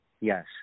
Yes